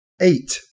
Eight